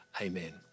Amen